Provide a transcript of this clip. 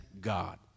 God